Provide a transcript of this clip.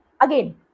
again